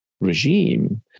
regime